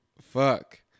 fuck